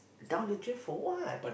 down the drain for what